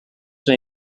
may